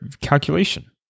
calculation